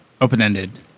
Open-ended